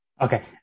Okay